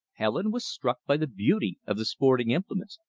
helen was struck by the beauty of the sporting implements.